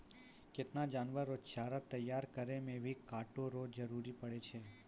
केतना जानवर रो चारा तैयार करै मे भी काटै रो जरुरी पड़ै छै